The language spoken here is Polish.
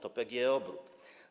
To PGE Obrót.